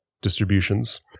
distributions